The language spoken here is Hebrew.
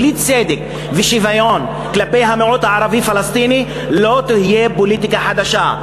בלי צדק ושוויון כלפי המיעוט הערבי-פלסטיני לא תהיה פוליטיקה חדשה.